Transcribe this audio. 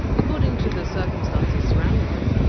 according to the circumstances surrounding them,